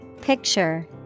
Picture